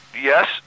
yes